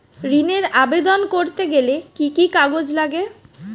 ঋণের আবেদন করতে গেলে কি কি কাগজ লাগে?